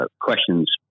questions